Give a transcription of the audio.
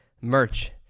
merch